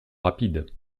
rapides